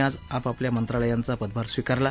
आज आपापल्या मंत्रालयांचा पदभार स्वीकारला